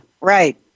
right